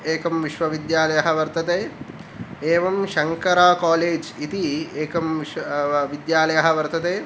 एकं विश्वविद्यालयः वर्तते एवं शङ्करा कालेज् इति एकं विश्व विद्यालयः वर्तते